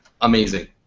Amazing